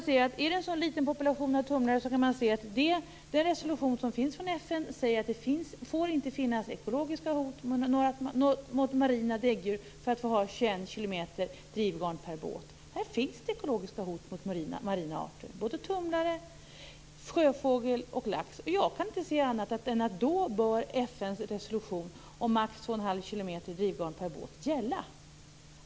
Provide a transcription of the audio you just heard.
Det är en så liten population av tumlare. Den resolution som finns från FN säger att det inte får finnas ekologiska hot mot marina däggdjur för att man skall få ha 21 kilometer drivgarn per båt. Här finns de ekologiska hot mot marina arter: tumlare, sjöfågel och lax. Jag kan inte se annat än att FN:s resolution om max två och en halv kilometer drivgarn per båt då bör gälla.